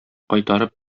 кайтарып